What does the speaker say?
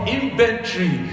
inventory